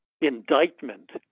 indictment